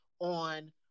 on